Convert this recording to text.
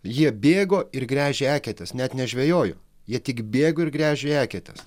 jie bėgo ir gręžė eketes net nežvejojo jie tik bėgo ir gręžė eketes